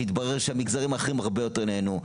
והתברר שהמגזרים האחרים הרבה יותר נהנו.